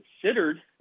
considered